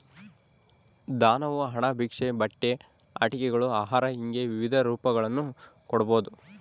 ದಾನವು ಹಣ ಭಿಕ್ಷೆ ಬಟ್ಟೆ ಆಟಿಕೆಗಳು ಆಹಾರ ಹಿಂಗೆ ವಿವಿಧ ರೂಪಗಳನ್ನು ಕೊಡ್ಬೋದು